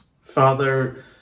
Father